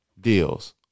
deals